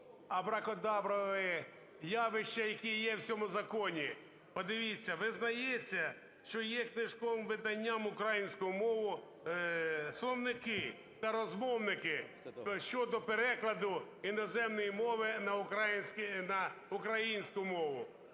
абракадабровые явища, які є в цьому законі. Подивіться, визнається, що є книжковим виданням українською мовою словники та розмовники щодо перекладу іноземної мови на українську мову.